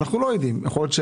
לא יודעים.